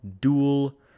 dual